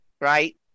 right